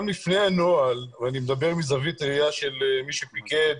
גם לפני הנוהל ואני מדבר מזווית ראיה של מי שפיקד